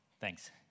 Thanks